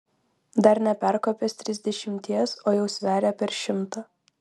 dar neperkopęs trisdešimties o jau sveria per šimtą